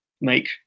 make